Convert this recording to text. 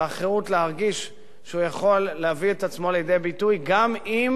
ואת החירות להרגיש שהוא יכול להביא את עצמו לידי ביטוי גם אם